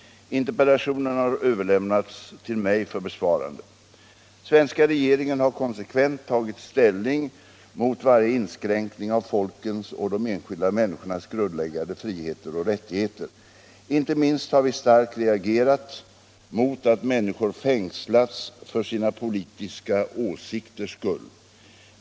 Interpellationen har överlämnats till mig för besvarande. Svenska regeringen har konsekvent tagit ställning mot varje inskränkning av folkens och de enskilda människornas grundläggande friheter och rättigheter. Inte minst har vi starkt reagerat mot att människor fängslats för sina politiska åsikters skull.